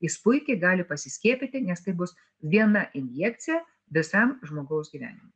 jis puikiai gali pasiskiepyti nes tai bus viena injekcija visam žmogaus gyvenimui